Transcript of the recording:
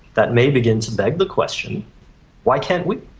that may begin to beg the question why can't we?